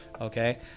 okay